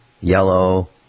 yellow